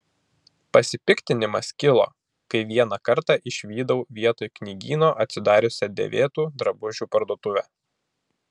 pasipiktinimas kilo kai vieną kartą išvydau vietoj knygyno atsidariusią dėvėtų drabužių parduotuvę